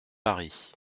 paris